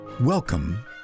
welcome